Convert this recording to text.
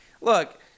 Look